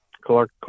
Clark